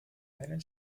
einen